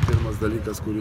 pirmas dalykas kurį